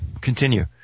Continue